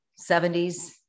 70s